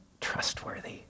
trustworthy